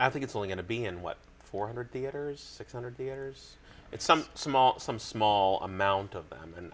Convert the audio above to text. i think it's going to be in what four hundred theaters six hundred theaters it's some small some small amount of them and